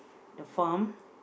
the farm